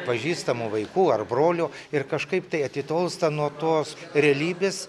pažįstamų vaikų ar brolių ir kažkaip tai atitolsta nuo tos realybės